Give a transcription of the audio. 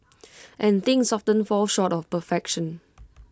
and things often fall short of perfection